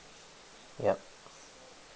yup